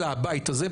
אלא הבית הזה.